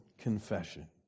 confession